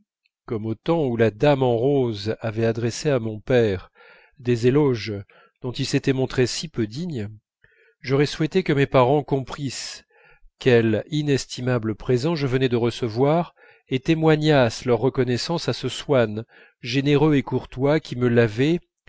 comme au temps où la dame en rose avait adressé à mon père des éloges dont il s'était montré si peu digne j'aurais souhaité que mes parents comprissent quel inestimable présent je venais de recevoir et témoignassent leur reconnaissance à ce swann généreux et courtois qui me l'avait